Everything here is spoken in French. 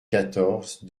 quatorze